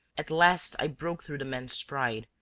at last i broke through the man's pride,